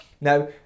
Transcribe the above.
Now